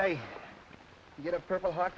i get a purple heart